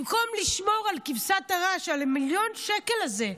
במקום לשמור על כבשת הרש, על מיליון השקלים האלה,